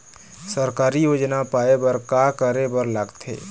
सरकारी योजना पाए बर का करे बर लागथे?